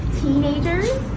teenagers